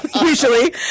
Usually